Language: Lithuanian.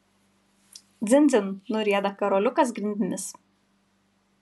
dzin dzin nurieda karoliukas grindimis